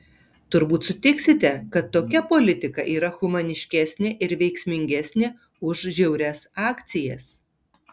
turbūt sutiksite kad tokia politika yra humaniškesnė ir veiksmingesnė už žiaurias akcijas